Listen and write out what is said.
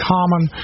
Common